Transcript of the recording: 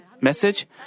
message